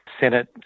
Senate